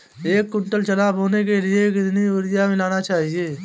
एक कुंटल चना बोने के लिए कितना यूरिया मिलाना चाहिये?